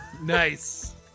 Nice